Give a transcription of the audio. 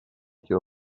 kill